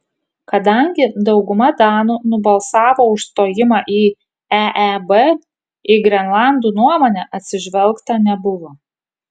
kadangi dauguma danų nubalsavo už stojimą į eeb į grenlandų nuomonę atsižvelgta nebuvo